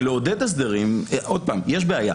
יש בעיה.